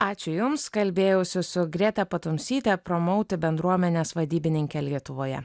ačiū jums kalbėjausi su greta patumsyte pramauti bendruomenės vadybininke lietuvoje